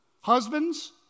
Husbands